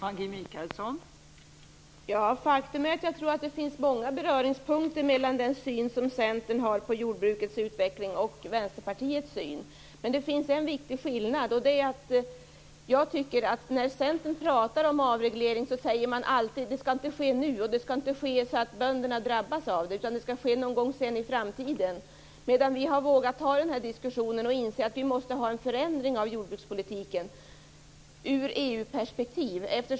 Fru talman! Faktum är att det nog finns många beröringspunkter mellan Centerns och Vänsterpartiets syn på jordbrukets utveckling. Det finns dock en viktig skillnad. När man i Centern talar om avreglering säger man alltid att det inte skall ske nu och att det inte skall ske på ett sådant sätt att bönderna drabbas av det. Det skall alltså ske någon gång i framtiden. Vi däremot har vågat ta diskussionen. Vi inser att det behövs en förändring av jordbrukspolitiken i ett EU-perspektiv.